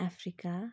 Africa